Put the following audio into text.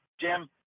Jim